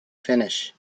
finish